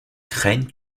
craignent